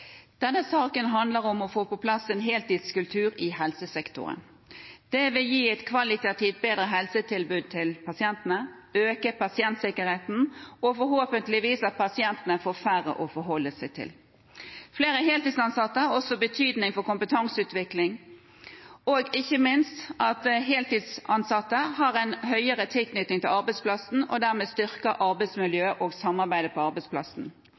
Denne saken handler om å få på plass en heltidskultur i helsesektoren. Det vil gi et kvalitativt bedre helsetilbud til pasientene, øke pasientsikkerheten og forhåpentligvis føre til at pasientene får færre å forholde seg til. Flere heltidsansatte har også betydning for kompetanseutvikling, og heltidsansatte har en tettere tilknytning til arbeidsplassen og styrker dermed arbeidsmiljøet og samarbeidet på arbeidsplassen.